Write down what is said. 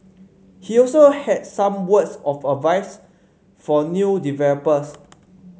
he also had some words of advice for new developers